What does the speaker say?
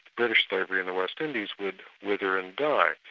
british slavery in the west indies would wither and die.